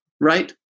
Right